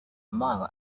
mile